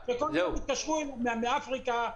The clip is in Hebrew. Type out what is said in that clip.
מתקשרים אליו מאפריקה,